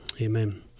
Amen